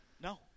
No